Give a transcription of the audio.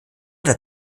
der